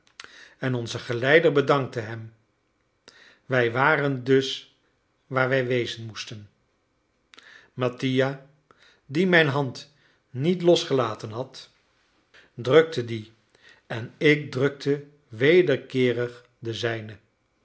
en onze geleider bedankte hem wij waren dus waar wij wezen moesten mattia die mijn hand niet losgelaten had drukte die en ik drukte wederkeerig de zijne